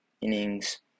innings